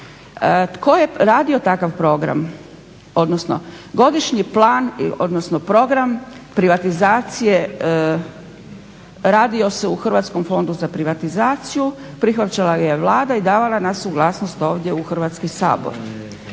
Tko je radio takav program odnosno godišnji plan odnosno program privatizacije? Radio se u Hrvatskom fondu za privatizaciju, prihvaćala ga je Vlada i davala ga je na suglasnost ovdje u Hrvatski sabor.